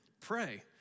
Pray